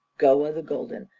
goa the golden,